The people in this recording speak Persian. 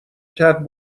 کرد